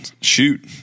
shoot –